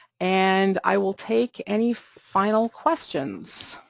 and i will take any final questions.